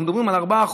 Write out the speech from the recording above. אנחנו מדברים על 4%?